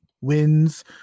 wins